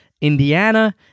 Indiana